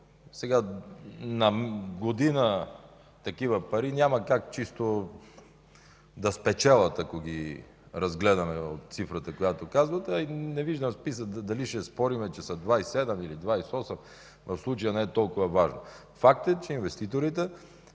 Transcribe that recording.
На година такива пари няма как чисто да спечелят, ако ги разгледаме от цифрата, която казвате, а и не виждам смисъл дали ще спорим, че са 27 или 28, в случая не е толкова важно. Факт е, че инвеститорите